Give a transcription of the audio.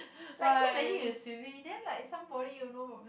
like came as if swimming then like somebody you know from